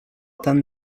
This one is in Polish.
ten